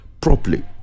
properly